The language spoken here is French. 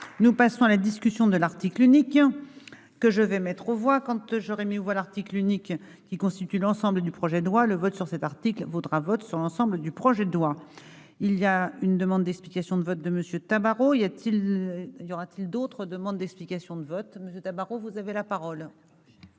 nous passons à la discussion de l'article unique, hein, que je vais mettre aux voix quand j'aurais mis aux voix l'article unique qui constitue l'ensemble du projet de loi, le vote sur cet article vaudra vote sur l'ensemble du projet de loi il y a une demande d'explication de vote de Monsieur Tabarot, il y a-t-il, y aura-t-il d'autres demandes d'explications de vote Monsieur Tabarot, vous avez la parole.